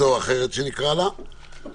הדבר היחיד שיכולים לעשות יותר זה בחקיקה,